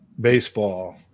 baseball